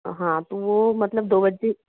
हाँ तो वह मतलब दो बजे